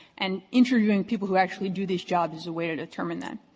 and interviewing people who actually do this job is a way to determine that.